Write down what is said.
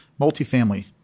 Multifamily